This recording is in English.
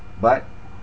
but